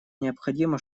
необходимо